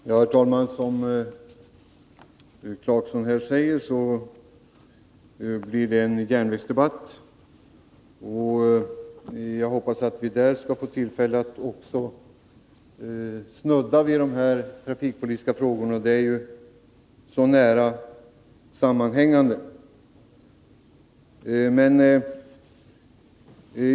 Herr talman! Som Rolf Clarkson säger blir det i morgon en järnvägsdebatt, och jag hoppas att vi då skall få tillfälle att snudda vid de här trafikpolitiska frågorna. De är ju så näraliggande.